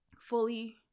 fully